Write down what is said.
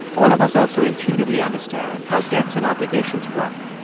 all of us also intuitively understand how debts and obligations work.